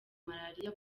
malaria